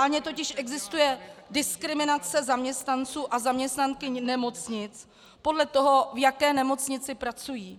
Reálně totiž existuje diskriminace zaměstnanců a zaměstnankyň nemocnic podle toho, v jaké nemocnici pracují.